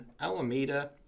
Alameda